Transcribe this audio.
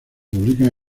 publican